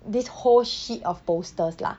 this whole sheet of posters lah